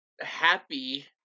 happy